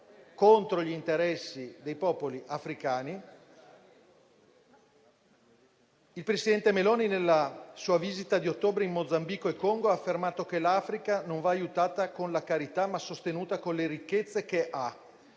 contro gli interessi dei popoli africani. Il presidente Meloni nella sua visita di ottobre in Mozambico e Congo ha affermato che l'Africa non va aiutata con la carità, ma sostenuta con le ricchezze che ha